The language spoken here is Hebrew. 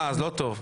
אה אז לא טוב.